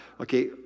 Okay